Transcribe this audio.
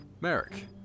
Merrick